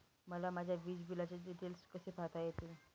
मला माझ्या वीजबिलाचे डिटेल्स कसे पाहता येतील?